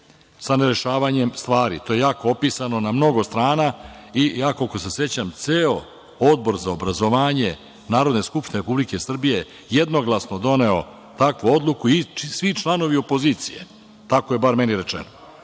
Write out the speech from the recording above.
sa nerešavanjem stvari. To je opisano na mnogo strana. Koliko se sećam, ceo Odbor za obrazovanje Narodne skupštine Republike Srbije jednoglasno doneo takvu odluku i svi članovi opozicije. Tako je bar meni rečeno,